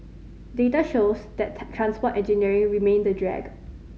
data shows that transport engineering remained a drag